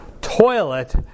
toilet